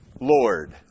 Lord